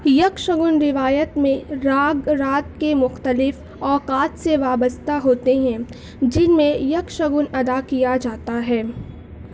یکشگن روایت میں راگ رات کے مختلف اوقات سے وابستہ ہوتے ہیں جن میں یکشگن ادا کیا جاتا ہے